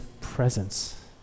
presence